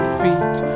feet